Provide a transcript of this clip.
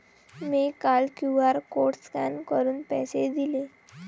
मी काल QR code scan करून पैसे दिले